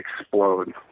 explode